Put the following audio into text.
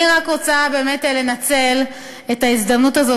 אני רק רוצה באמת לנצל את ההזדמנות הזאת,